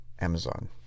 Amazon